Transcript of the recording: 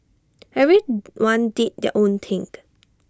everyone did their own thing